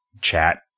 chat